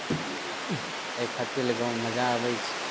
एहि खातिर गाँवमे मजा आबै छै